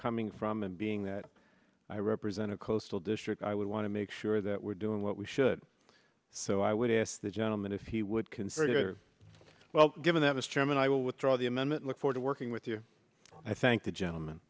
coming from and being that i represent a coastal district i would want to make sure that we're doing what we should so i would ask the gentleman if he would consider well given that mr chairman i will withdraw the amendment look for to working with you i thank the gentleman